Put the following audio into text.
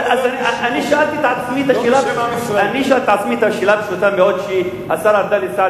אז שאלתי את עצמי את השאלה הפשוטה מאוד שגם השר ארדן,